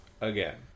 again